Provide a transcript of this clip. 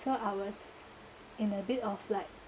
so I was in a bit of like